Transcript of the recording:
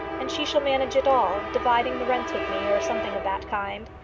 and she shall manage it all, dividing the rents with me, or something of that kind.